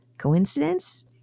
Coincidence